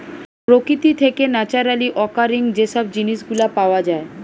প্রকৃতি থেকে naturally occurring যে সব জিনিস গুলা পাওয়া যায়